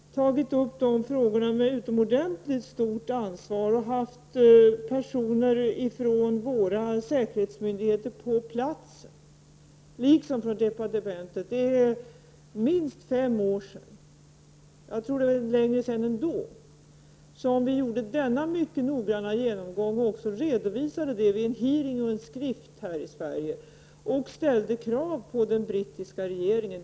Herr talman! När det gäller problemen vid Sellafield har regeringen visat utomordentligt stort ansvar. Det har funnits personer på plats från våra säkerhetsmyndigheter liksom från departementet. Det är minst fem år sedan, och jag tror att det är ännu längre sedan än så, som vi gjorde en mycket noggann genomgång som också redovisades vid en utfrågning och i en skrift här i Sverige, och vi ställde krav på den brittiska regeringen.